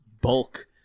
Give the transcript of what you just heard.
bulk